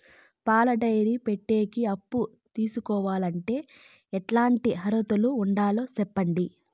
పాల డైరీ పెట్టేకి అప్పు తీసుకోవాలంటే ఎట్లాంటి అర్హతలు ఉండాలి సెప్పండి?